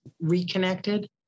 reconnected